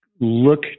look